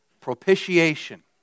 Propitiation